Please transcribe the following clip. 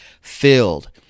filled